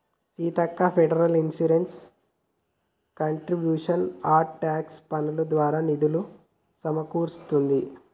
Seethakka Federal Insurance Contributions Act tax పన్నులు దారా నిధులులు సమకూరుస్తుంది